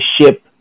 ship